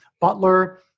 butler